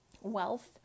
wealth